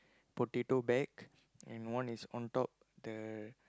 potato bag and one is on top the